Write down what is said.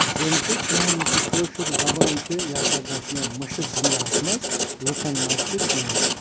زِنٛدٕ تہٕ سون یُس یہِ کٲشُر زبان چھِ یہِ ہَسا گَژھِ نہٕ مٔشِتھ دُنیاہَس مَنٛز لُکَن مَنٛز تہِ کِہیٖنٛۍ